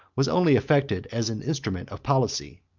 was only affected as an instrument of policy.